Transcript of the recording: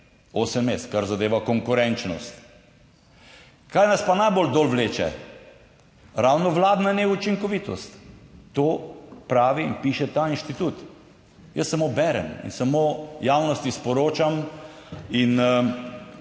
osem mest, kar zadeva konkurenčnost. Kaj nas pa najbolj dol vleče? Ravno vladna neučinkovitost. To pravi in piše ta inštitut, jaz samo berem in samo javnosti sporočam.